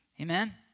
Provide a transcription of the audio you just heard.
amen